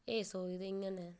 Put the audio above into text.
एह् सोचदे इ'यां न